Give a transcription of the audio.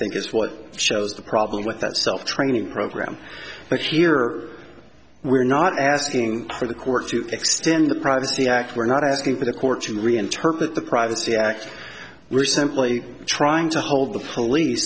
think is what shows the problem with that cell training program but here we're not asking for the court to extend the privacy act we're not asking for the court to reinterpret the privacy act we're simply trying to hold the police